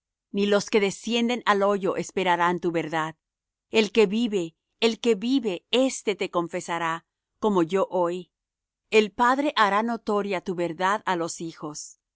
ni los que descienden al hoyo esperarán tu verdad el que vive el que vive éste te confesará como yo hoy el padre hará notoria tu verdad á los hijos